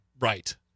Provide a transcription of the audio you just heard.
Right